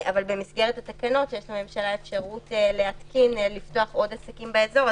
אבל במסגרת התקנות יש לממשלה אפשרות להתקין לפתוח עוד עסקים באזור,